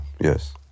Yes